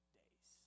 days